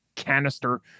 canister